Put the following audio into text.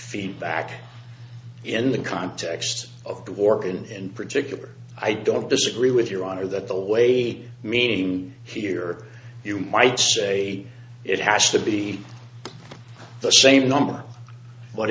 feedback in the context of the war in particular i don't disagree with your honor that the way meaning here you might say it has to be the same number but